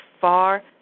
far